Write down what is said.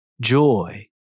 Joy